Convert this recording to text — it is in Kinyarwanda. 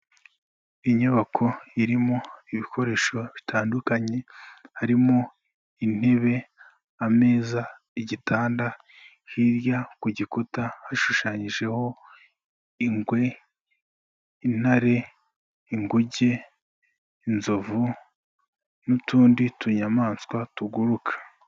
Inyubako irimo ibikoresho bitandukanye harimo intebe, ameza, igitanda, hirya ku gikuta hashushanyijeho ingwe, intare, inguge, inzovu n'utundi tunyamaswa tuguruka.